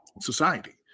society